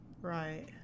Right